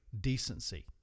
decency